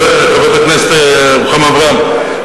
חברת הכנסת רוחמה אברהם,